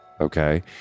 Okay